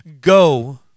Go